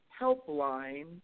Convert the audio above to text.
Helpline